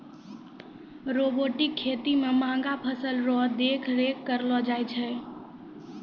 robotic खेती मे महंगा फसल रो देख रेख करलो जाय छै